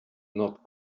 not